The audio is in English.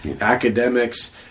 academics